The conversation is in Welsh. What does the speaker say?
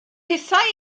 hithau